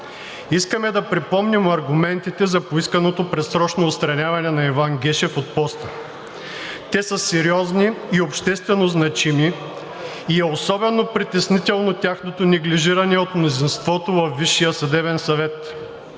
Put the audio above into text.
Искаме да припомним аргументите за поисканото предсрочно отстраняване на Иван Гешев от поста. Те са сериозни и обществено значими и е особено притеснително тяхното неглижиране от мнозинството във Висшия съдебен съвет.